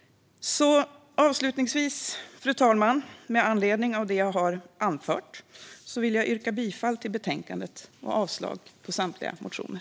Avslutningsvis, fru talman, vill jag yrka bifall till utskottets förslag och avslag på samtliga motioner.